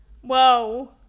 whoa